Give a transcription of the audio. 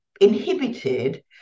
inhibited